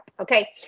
okay